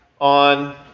on